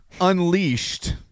Unleashed